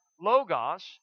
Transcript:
Logos